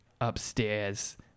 upstairs